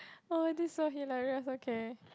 oh and this so hilarious okay